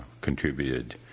contributed